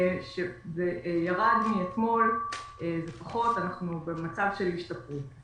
ירד מאתמול, אנחנו במצב של השתפרות.